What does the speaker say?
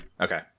Okay